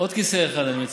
עוד כיסא אחד, אני מציע.